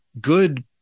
good